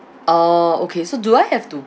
orh okay so do I have to